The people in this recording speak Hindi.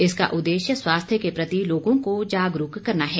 इसका उद्देश्य स्वास्थ्य के प्रति लोगों को जागरूक करना है